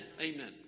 Amen